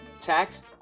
tax